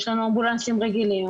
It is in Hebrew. יש לנו אמבולנסים רגילים,